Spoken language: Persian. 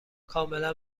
کاملا